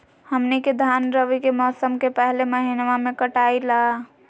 हमनी के धान रवि के मौसम के पहले महिनवा में कटाई ला